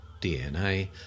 DNA